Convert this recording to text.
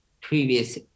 previous